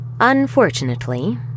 Unfortunately